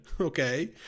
Okay